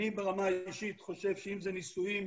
אני ברמה האנושית חושב שאם זה נישואים